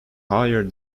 higher